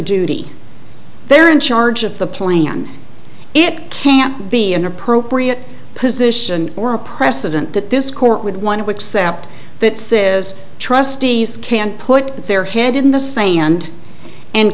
duty they're in charge of the plan it can't be an appropriate position or a precedent that this court would want to accept that says trustees can't put their hand in the same hand